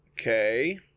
Okay